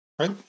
Right